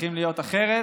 צריכים להיות אחרים.